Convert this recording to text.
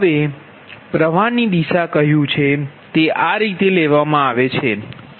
હવે પ્રવાહની દિશા કહ્યું છે તે આ રીતે લેવામાં આવે છે